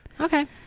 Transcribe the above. Okay